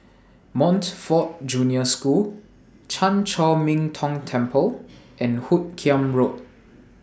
Montfort Junior School Chan Chor Min Tong Temple and Hoot Kiam Road